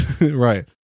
Right